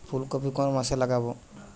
ফুলকপি কোন মাসে লাগাবো?